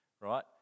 right